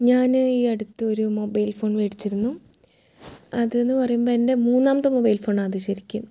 ഞാൻ ഈ അടുത്ത് ഒരു മൊബൈൽ ഫോൺ മേടിച്ചിരുന്നു അതെന്ന് പറയുമ്പോൾ എൻ്റെ മൂന്നാമത്തെ മൊബൈൽ ഫോണാത് ശരിക്ക്